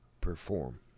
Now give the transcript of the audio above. perform